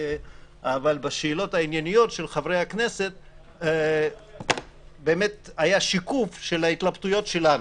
אבל בשאלות הענייניות של חברי הכנסת באמת היה שיקוף של ההתלבטויות שלנו.